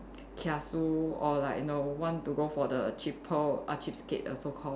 kiasu or like you know want to go for the cheapo uh cheapskate err so called